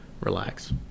relax